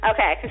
Okay